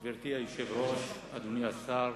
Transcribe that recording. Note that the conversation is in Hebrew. גברתי היושבת-ראש, אדוני השר,